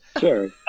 Sure